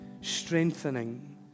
strengthening